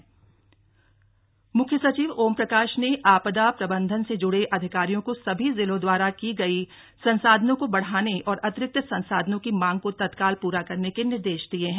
मुख्य सचिव मौसम मुख्य सचिव ओमप्रकाश ने आपदा प्रबन्धन से जुड़े अधिकारियों को सभी जिलों दवारा की गयी संसाधनों को बढ़ाने और अतिरिक्त संसाधनों की मांग को तत्काल पूरा करने के निर्देश दिये हैं